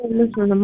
listen